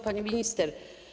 Pani Minister!